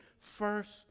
first